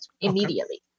immediately